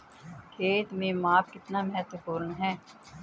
खेत में माप कितना महत्वपूर्ण है?